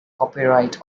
copyright